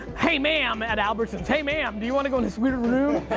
hey ma'am at albertsons, hey ma'am do you wanna go in this weird room?